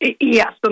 Yes